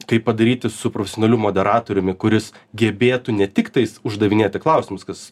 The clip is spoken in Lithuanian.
kaip padaryti su profesionaliu moderatoriumi kuris gebėtų ne tiktais uždavinėti klausimus kas